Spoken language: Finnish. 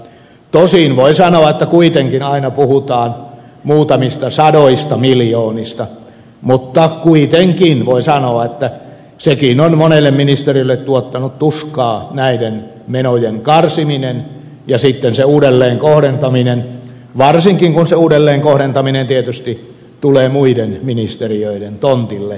tosin voi sanoa että kuitenkin puhutaan muutamista sadoista miljoonista mutta kuitenkin voi sanoa että näidenkin menojen karsiminen on monelle ministeriölle tuottanut tuskaa samoin kuin se uudelleenkohdentaminen varsinkin kun se uudelleenkohdentaminen tietysti tulee muiden ministeriöiden tontille ainakin pääosin